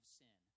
sin